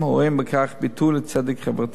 הרואים בכך ביטוי לצדק חברתי.